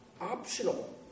optional